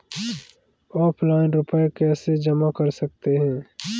Offline रुपये कैसे जमा कर सकते हैं?